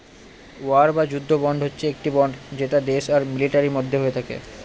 war বা যুদ্ধ bond হচ্ছে একটি বন্ড যেটা দেশ আর মিলিটারির মধ্যে হয়ে থাকে